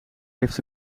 heeft